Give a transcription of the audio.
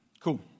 Cool